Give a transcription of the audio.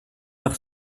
par